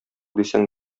дисәң